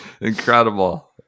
incredible